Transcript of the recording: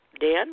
Dan